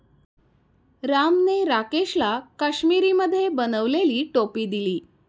रामने राकेशला काश्मिरीमध्ये बनवलेली टोपी दिली